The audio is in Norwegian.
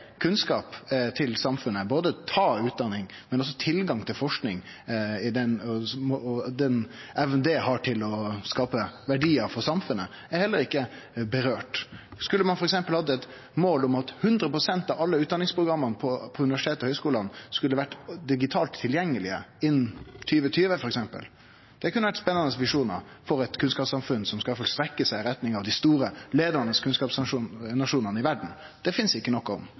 kunnskap til samfunnet, både ta utdanning og også tilgangen til forsking. Den evna forskinga har til å skape verdiar for samfunnet, er heller ikkje nemnd. Skulle ein f.eks. ha eit mål om at 100 pst. av alle utdanningsprogram på universitet og høgskolar skulle vere digitalt tilgjengelege innan 2020 f.eks.? Det kunne ha vore spennande visjonar for eit kunnskapssamfunn som skal strekkje seg i retning av dei store leiande kunnskapsnasjonane i verda. Det finst ikkje noko om